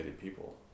people